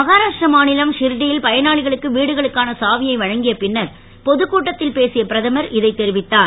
மகாராஷ்ர மாநிலம் ஷிர்டி யில் பயனாளிகளுக்கு வீடுகளுக்கான சாவியை வழங்கிய பின்னர் பொதுக்கூட்டத்தில் பேசிய பிரதமர் இதைத் தெரிவித்தார்